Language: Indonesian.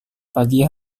pagi